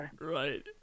Right